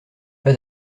pas